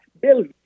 build